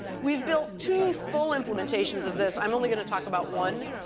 we've built two full implementations of this. i'm only going to talk about one.